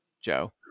Joe